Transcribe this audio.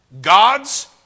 God's